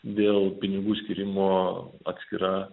dėl pinigų skyrimo atskira